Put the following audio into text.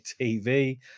TV